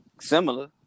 similar